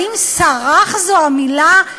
האם "סרח" זו המילה?